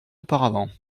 auparavant